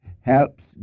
helps